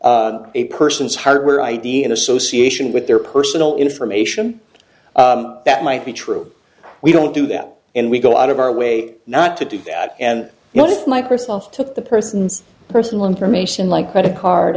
stored a person's hardware id in association with their personal information that might be true we don't do that and we go out of our way not to do that and not if microsoft took the person's personal information like credit card